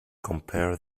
compare